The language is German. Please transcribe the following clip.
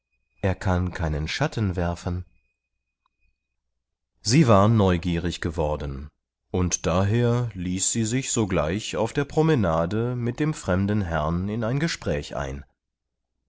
er kann keinen schatten werfen sie war neugierig geworden und daher ließ sie sich sogleich auf der promenade mit dem fremden herrn in ein gespräch ein